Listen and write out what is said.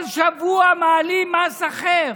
כל שבוע מעלים מס אחר.